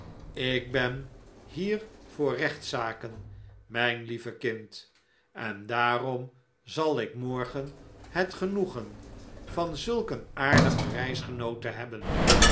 ik ben hier voor rechtszaken mijn lieve kind en daarom zal ik morgen het genoegen van zulk een aardige reisgenoote hebben